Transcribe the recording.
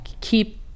keep